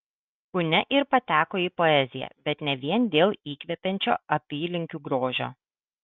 punia ir pateko į poeziją bet ne vien dėl įkvepiančio apylinkių grožio